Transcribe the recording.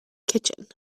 kitchen